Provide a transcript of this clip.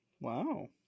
Wow